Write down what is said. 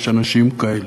יש אנשים כאלה.